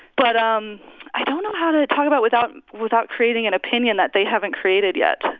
but um i don't know how to talk about without without creating an opinion that they haven't created yet.